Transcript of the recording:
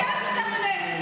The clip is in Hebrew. פי אלף יותר ממך,